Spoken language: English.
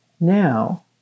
Now